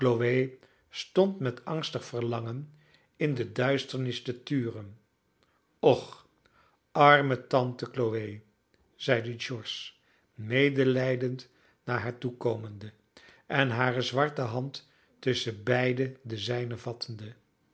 stond met angstig verlangen in de duisternis te turen och arme tante chloe zeide george medelijdend naar haar toekomende en hare zwarte hand tusschen beide de